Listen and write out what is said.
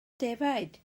defaid